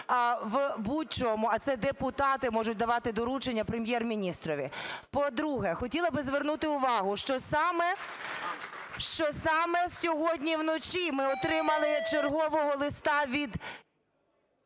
в будь-чому, а це депутати можуть давати доручення Прем’єр-міністрові. По-друге, хотіла би звернути увагу, що саме сьогодні вночі ми отримали чергового листа від…